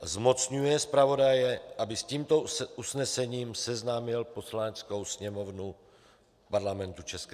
III. zmocňuje zpravodaje, aby s tímto usnesením seznámil Poslaneckou sněmovnu Parlamentu ČR.